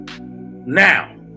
Now